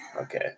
Okay